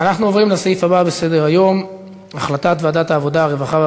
עוברת לדיון בוועדת החוקה,